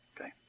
Okay